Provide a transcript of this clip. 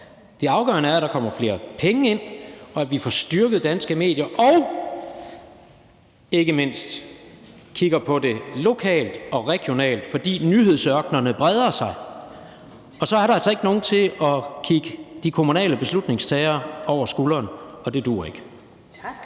Det afgørende er, at der kommer flere penge ind, og at vi får styrket danske medier, og ikke mindst at vi kigger på det lokalt og regionalt. For nyhedsørkenerne breder sig, og så er der altså ikke nogen til at kigge de kommunale beslutningstagere over skulderen, og det duer ikke. Kl.